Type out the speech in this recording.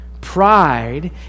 Pride